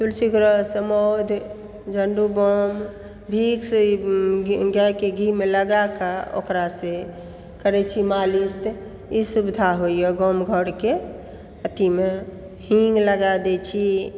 तुलसीके रस मध झण्डुबाम भिक्स घी गायके घीमे लगाकऽ ओकरा से करै छी मालिश ई सुविधा होइया गाम घरके अथीमे हिन्ग लगा दै छी